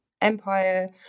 empire